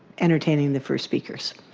entertaining the first speakers.